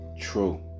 True